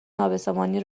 نابسامانی